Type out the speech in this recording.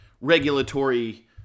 regulatory